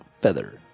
feather